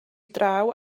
draw